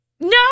No